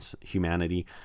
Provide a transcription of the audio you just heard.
humanity